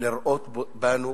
לראות בנו